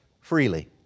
freely